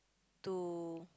to